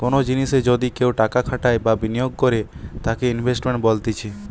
কোনো জিনিসে যদি কেও টাকা খাটাই বা বিনিয়োগ করে তাকে ইনভেস্টমেন্ট বলতিছে